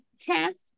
test